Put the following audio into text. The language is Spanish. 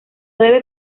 debe